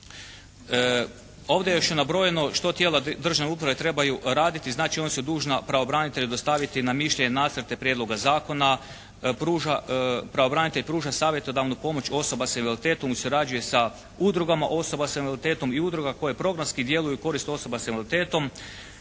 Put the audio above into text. Ovdje je još nabrojeno što tijela državne uprave trebaju raditi. Znači ona su dužna pravobranitelju dostaviti na mišljenje nacrte prijedloga zakona. Pravobranitelj pruža savjetodavnu pomoć osoba sa invaliditetom i surađuje sa udrugama osoba sa invaliditetom i udruga koje programski djeluju u korist osoba sa invaliditetom.